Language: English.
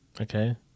Okay